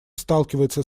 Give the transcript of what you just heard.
сталкивается